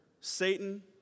Satan